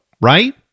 right